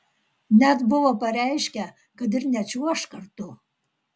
net buvo pareiškę kad ir nečiuoš kartu